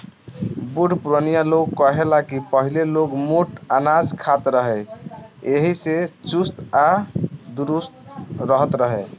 बुढ़ पुरानिया लोग कहे ला की पहिले लोग मोट अनाज खात रहे एही से चुस्त आ दुरुस्त रहत रहे